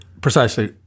Precisely